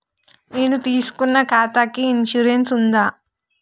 నేను తీసుకున్న ఖాతాకి ఇన్సూరెన్స్ ఉందా?